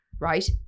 Right